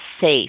safe